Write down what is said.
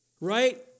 right